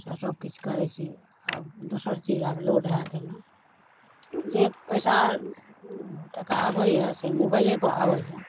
तऽ सबकिछु करै छी आब दोसर चीज आब लोड हैत जे पइसा आओर टका आबैए से मोबाइलेपर आबैए